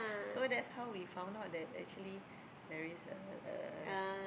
so that's how we found out that actually there is a